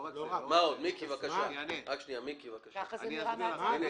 מיקי, בבקשה, תענה.